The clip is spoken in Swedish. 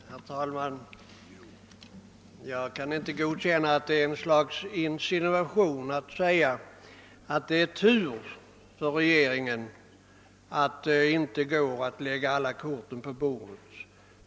Herr talman! Jag kan inte godkänna att det skulle vara ett slags insinuation att säga att det är tur för regeringen att det inte går att lägga alla korten på bordet.